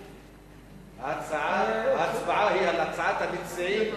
המציעים, ולא על תשובת השר.